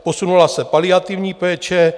Posunula se paliativní péče.